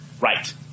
Right